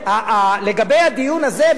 לגבי הדיון הזה,